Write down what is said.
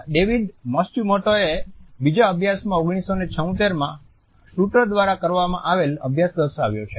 David માત્સુમોટોએ બીજા અભ્યાસમાં 1976 માં શૂટર દ્વારા કરવામાં આવેલો અભ્યાસ દર્શાવ્યો છે